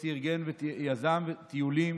יוסי ארגן ויזם טיולים